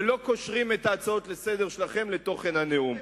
ולא קושרים את ההצעות לסדר-היום שלכם לתוכן הנאום.